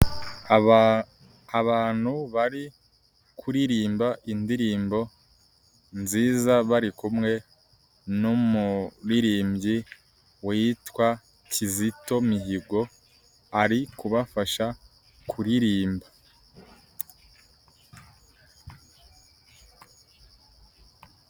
Abantu bari kuririmba indirimbo nziza bari kumwe n'umuririmbyi yitwa KIZITO Mihigo ari kubafasha kuririmba.